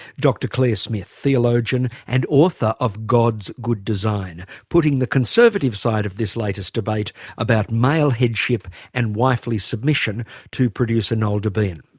dr claire smith, theologian and author of god's good design, putting the conservative side of this latest debate about male headship and wifely submission to producer, noel debien.